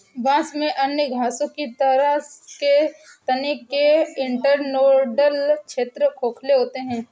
बांस में अन्य घासों की तरह के तने के इंटरनोडल क्षेत्र खोखले होते हैं